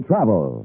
Travel